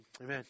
amen